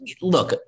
look